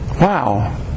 Wow